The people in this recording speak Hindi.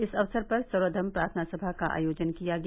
इस अवसर पर सर्वघर्म प्रार्थना सभा का आयोजन किया गया